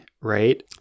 right